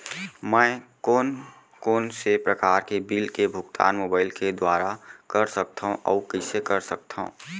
मैं कोन कोन से प्रकार के बिल के भुगतान मोबाईल के दुवारा कर सकथव अऊ कइसे कर सकथव?